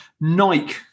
Nike